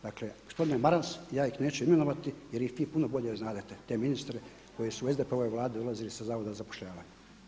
Dakle gospodine Maras, ja ih neću imenovati jer ih vi puno bolje znadete te ministre koji su u SDP-ovu Vladu dolazili sa zavoda za zapošljavanje.